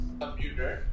computer